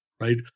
right